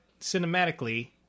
cinematically